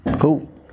Cool